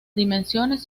dimensiones